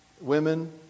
women